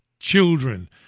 Children